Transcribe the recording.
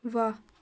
ਵਾਹ